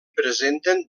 presenten